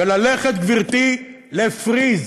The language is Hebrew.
וללכת, גברתי, לפְריז,